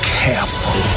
careful